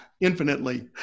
infinitely